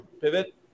pivot